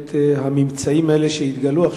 לנוכח הממצאים שהתגלו,